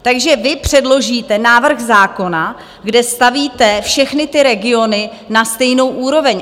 Takže vy předložíte návrh zákona, kde stavíte všechny ty regiony na stejnou úroveň.